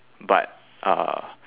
but uh